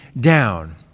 down